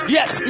Yes